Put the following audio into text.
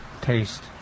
taste